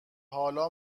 حالا